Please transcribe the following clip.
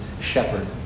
shepherd